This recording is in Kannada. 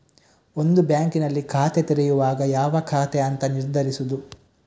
ಒಂದು ಬ್ಯಾಂಕಿನಲ್ಲಿ ಖಾತೆ ತೆರೆಯುವಾಗ ಯಾವ ಖಾತೆ ಅಂತ ನಿರ್ಧರಿಸುದು